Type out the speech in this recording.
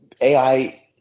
AI